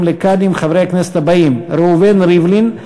לקאדים חברי הכנסת הבאים: ראובן ריבלין,